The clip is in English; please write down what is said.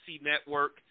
Network